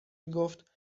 میگفت